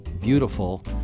beautiful